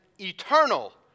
eternal